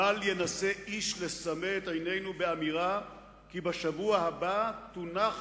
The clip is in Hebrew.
בל ינסה איש לסמא את עינינו באמירה כי בשבוע הבא תונח